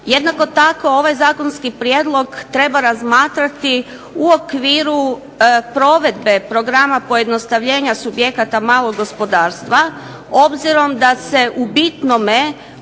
Jednako tako ovaj zakonski prijedlog treba razmatrati u okviru provedbe programa pojednostavljena subjekata malog gospodarstva, obzirom da se u bitnom